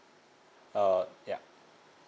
uh yeah